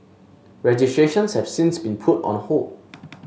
registrations have since been put on hold